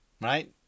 Right